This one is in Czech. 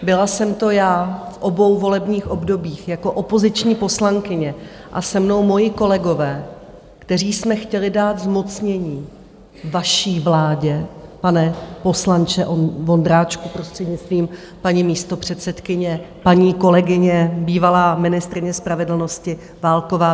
Byla jsem to já v obou volebních obdobích jako opoziční poslankyně a se mnou moji kolegové, kteří jsme chtěli dát zmocnění vaší vládě, pane poslanče Vondráčku, prostřednictvím paní místopředsedkyně, paní kolegyně, bývalá ministryně spravedlnosti Válková.